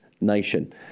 nation